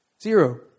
Zero